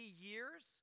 years